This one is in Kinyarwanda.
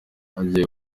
agiye